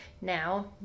now